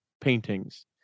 paintings